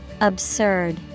absurd